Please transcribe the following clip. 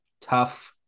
tough